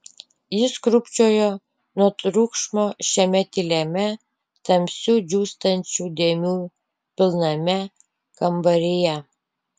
jis krūpčiojo nuo triukšmo šiame tyliame tamsių džiūstančių dėmių pilname kambaryje